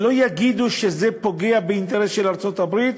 שלא יגידו שזה פוגע באינטרס של ארצות-הברית,